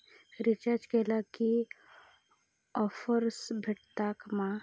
Recharge केला की offers भेटात मा?